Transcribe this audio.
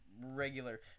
regular